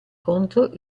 contro